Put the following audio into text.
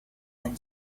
and